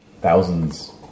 Thousands